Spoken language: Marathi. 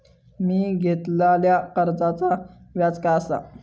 मी घेतलाल्या कर्जाचा व्याज काय आसा?